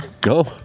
Go